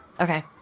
Okay